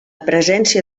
presència